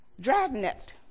Dragnet